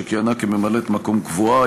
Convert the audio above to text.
שכיהנה כממלאת-מקום קבועה,